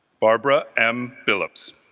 barbara m. phillips,